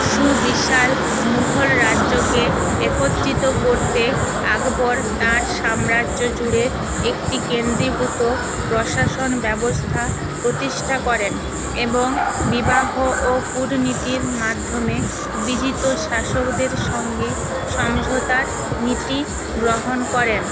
সুবিশাল মুঘল রাজ্যকে একত্রিত করতে আকবর তাঁর সাম্রাজ্য জুড়ে একটি কেন্দ্রীভূত প্রশাসন ব্যবস্থা প্রতিষ্ঠা করেন এবং বিবাহ ও কূটনীতির মাধ্যমে বিজিত শাসকদের সঙ্গে সমঝোতার নীতি গ্রহণ করেন